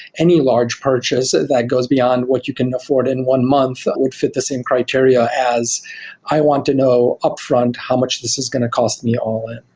any large purchase that goes beyond what you can afford in one month would fit the same criteria as i want to know upfront how much this is going to cost me all in.